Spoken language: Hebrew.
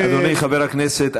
אדוני חבר הכנסת,